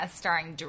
starring